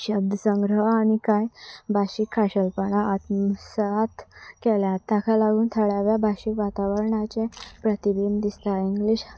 शब्द संग्रह आनी कांय भाशीक खाशलपणां आत्मसात केल्यांत ताका लागून थळ्याव्या भाशीक वातावरणाचें प्रतिबींब दिसता इंग्लिश